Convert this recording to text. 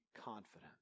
confident